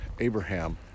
Abraham